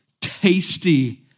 tasty